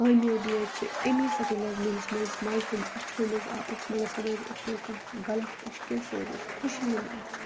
کابیٲبی حظ چھِ امے ساتہٕ ییٚلہِ حظ میٲنِس مٲلِس ماجہِ ہٕنٛد أچھو مَنٛز آو اوٚش مَگَر سُہ نہ حظ اوس نہٕ کانٛہہ غَلط اوٚش کینٛہہ سُہ حظ اوس خوشی ہُنٛد اوٚش